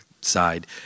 side